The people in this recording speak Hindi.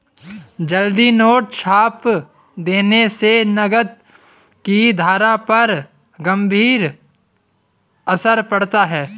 ज्यादा नोट छाप देने से नकद की धारा पर गंभीर असर पड़ता है